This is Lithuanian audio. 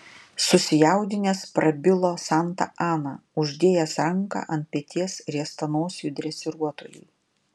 susijaudinęs prabilo santa ana uždėjęs ranką ant peties riestanosiui dresiruotojui